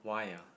why ah